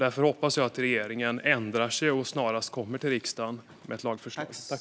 Därför hoppas jag att regeringen ändrar sig och snarast kommer till riksdagen med ett lagförslag.